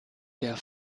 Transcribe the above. der